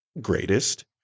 greatest